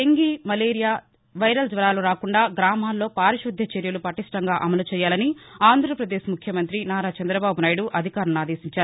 dengue malaria viral జ్వరాలు రాకుండా గ్రామాల్లో పారిశుద్య చర్యలు పటిష్టంగా అమలు చేయాలని ఆంధ్రప్రదేశ్ ముఖ్యమంత్రి నారా చంద్రబాబు నాయుడు అధికారులను ఆదేశించారు